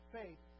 faith